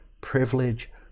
privilege